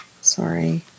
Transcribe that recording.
sorry